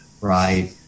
right